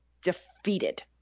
defeated